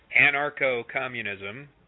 anarcho-communism